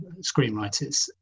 screenwriters